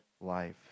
life